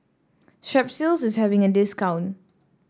Strepsils is having a discount